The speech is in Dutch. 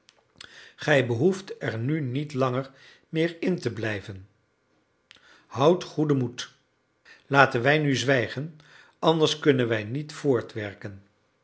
gij behoeft er nu niet langer meer in te blijven houdt goeden moed laten wij nu zwijgen anders kunnen wij niet voortwerken